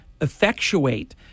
effectuate